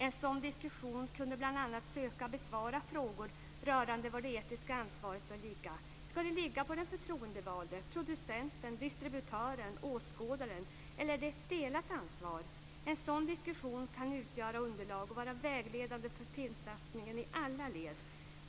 En sådan diskussion kunde bl.a. söka besvara frågor rörande var det etiska ansvaret bör ligga. Ska det ligga på den förtroendevalde, producenten, distributören eller åskådaren? Eller är det ett delat ansvar? En sådan diskussion kan utgöra underlag och vara vägledande för filmsatsningen i alla led.